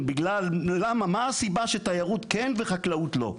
מה הסיבה שתיירות כן וחקלאות לא?